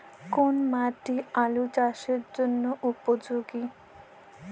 কোন মাটি আলু চাষের জন্যে উপযোগী?